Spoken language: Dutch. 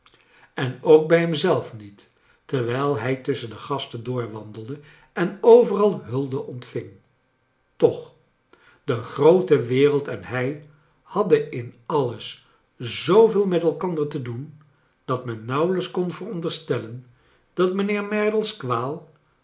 en ook bij hem zelf niet terwijl hij tusschea de gas ten doorwaadelde en overal hulde oatviag toch de groote wereld en hij hadden in alles zooveel met elkaader te doen dat men aauwelijks kon veroncierstellen dat mijnheer merdle's